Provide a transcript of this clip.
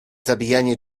zabijanie